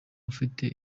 afite